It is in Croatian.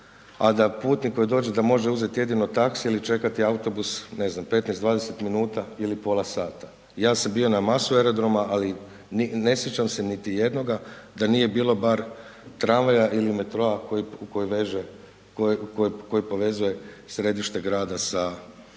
a da putnik koji dođe može uzeti jedino taksi ili čekati autobus, ne znam, 15, 20 minuta ili pola sata. Ja sam bio na masu aerodroma, ali ne sjećam se niti jednoga da nije bilo bar tramvaja ili metroa koji povezuje središte grada sa